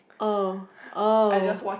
oh oh